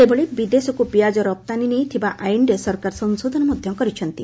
ସେହିଭଳି ବିଦେଶକୁ ପିଆଜ ରପ୍ତାନୀ ନେଇ ଥିବା ଆଇନ୍ରେ ସରକାର ସଂଶୋଧନ ମଧ୍ୟ କରିଛନ୍ତି